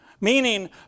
Meaning